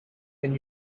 when